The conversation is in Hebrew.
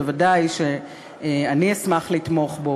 ודאי שאשמח לתמוך בו.